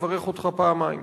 לברך אותך פעמיים: